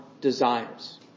desires